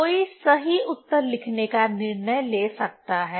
कोई सही उत्तर लिखने का निर्णय ले सकता है